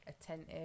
attentive